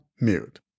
mute